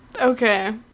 Okay